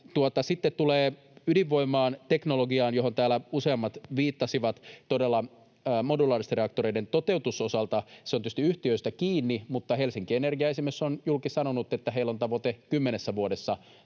sitten tulee ydinvoimaan, teknologiaan, johon täällä useammat viittasivat: Todella modulaaristen reaktoreiden toteutuksen osalta se on tietysti yhtiöistä kiinni, mutta esimerkiksi Helsingin Energia on julki sanonut, että heillä on tavoite kymmenessä vuodessa